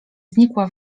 znikła